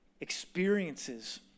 experiences